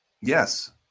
yes